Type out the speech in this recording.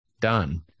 Done